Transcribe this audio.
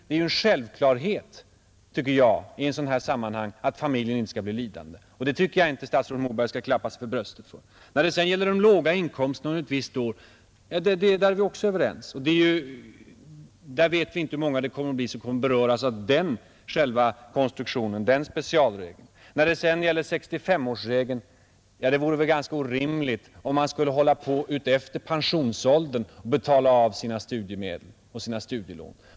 Det är ju en självklarhet, tycker jag, i ett sådant här sammanhang att familjen inte skall bli lidande, och där tycker jag inte statsrådet Moberg skall klappa sig för bröstet. I fråga om låginkomsterna under ett visst år är vi också överens. Där vet vi inte hur många som kommer att beröras av specialregeln. Beträffande 65-årsregeln vore det väl ganska orimligt om man skulle hålla på efter pensionsåldern och betala av på sina studielån.